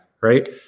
right